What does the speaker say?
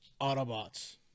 autobots